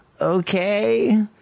okay